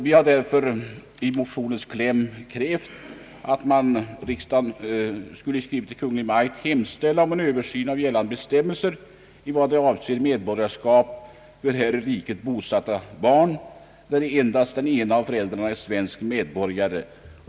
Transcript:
Vi har därför i motionens kläm krävt att riksdagen skulle i skrivelse till Kungl. Maj:t hemställa om en översyn av gällande bestämmelser i vad avser medborgarskap för här i riket bosatta barn, där endast den ena av föräldrarna är svensk medborgare.